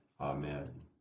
Amen